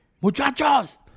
muchachos